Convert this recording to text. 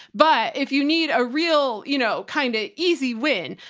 but if you need a real, you know, kind of easy win,